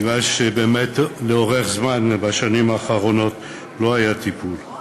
כי באמת, לאורך זמן, בשנים האחרונות לא היה טיפול.